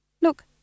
Look